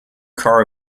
car